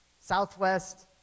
Southwest